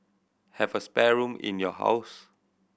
have a spare room in your house